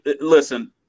listen